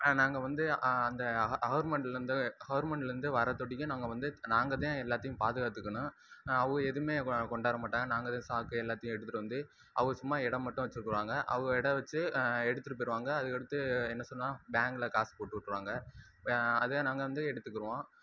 நாங்கள் வந்து அந்த கவர்மெண்ட்லருந்து கவர்மெண்ட்லருந்து வரற தொடிக்கும் நாங்கள் வந்து நாங்கள்தான் எல்லாத்தையும் பாதுகாத்துக்கணும் அவங்க எதுவுமே கொ கொண்டாற மாட்டாங்க நாங்கள்தான் சாக்கு எல்லாத்தையும் எடுத்துகிட்டு வந்து அவங்க சும்மா எடை மட்டும் வச்சுக்குவாங்க அவங்க எடை வச்சு எடுத்துகிட்டு போய்விடுவாங்க அதுக்கடுத்து என்ன சொல்லுவா பேங்கில் காசு போட்டு விட்ருவாங்க அதை நாங்கள் வந்து எடுத்துக்கிடுவோம்